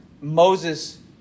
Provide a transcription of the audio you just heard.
Moses